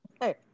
Hey